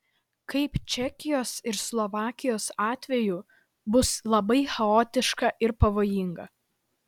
kaip čekijos ir slovakijos atveju bus labai chaotiška ir pavojinga